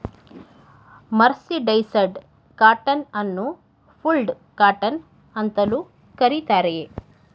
mercerised cotton ಅನ್ನು fulled cotton ಅಂತಲೂ ಕರಿತಾರೆ